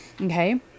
Okay